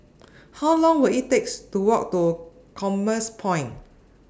How Long Will IT takes to Walk to Commerce Point